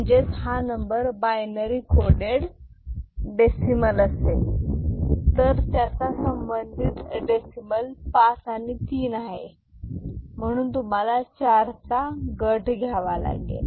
म्हणजेच हा number binary coded decimal असेल तर त्याचा संबंधित डेसिमल पाच आणि तीन आहे म्हणून तुम्हाला चारचा गट घ्यावा लागेल